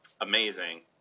amazing